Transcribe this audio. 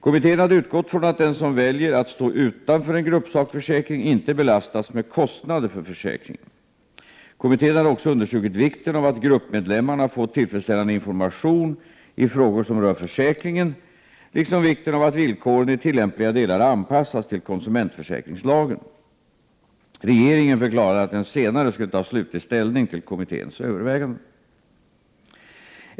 Kommittén hade utgått från att den som väljer att stå utanför en gruppsakförsäkring inte belastas med kostnader för försäkringen. Kommittén hade också understrukit vikten av att gruppmedlemmarna får tillfredsställande information i frågor som rör försäkringen liksom vikten av att villkoren i tillämpliga delar anpassas till konsumentförsäkringslagen. Regeringen förklarade att den senare skulle ta slutlig ställning till kommitténs överväganden.